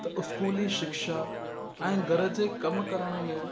त स्कूली शिक्षा ऐं घर जे कमु करण में